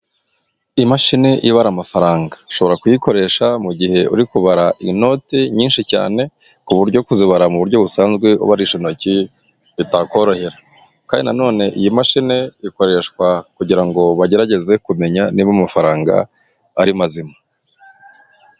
Imashini ibara amafaranga. Ushobora kuyikoresha mu gihe uri kubara inote nyinshi cyane, ku buryo kuzibara mu buryo busanzwe ubarisha intoki bitakorohera. Kandi nanone iyi mashine ikoreshwa kugira ngo bagerageze kumenya niba amafaranga ari mazima.